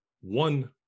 one